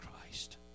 Christ